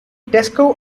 tesco